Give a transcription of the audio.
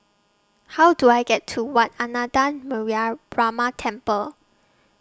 How Do I get to Wat Ananda Temple